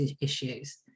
issues